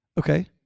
Okay